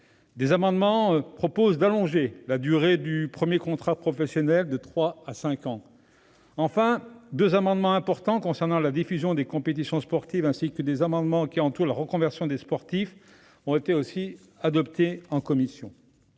Des amendements visant à allonger la durée du premier contrat professionnel de trois à cinq ans, deux amendements importants concernant la diffusion des compétions sportives, ainsi que des amendements tendant à entourer la reconversion des sportifs ont également été adoptés en commission.